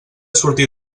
sortir